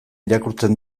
irakurtzen